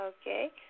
okay